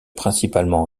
principalement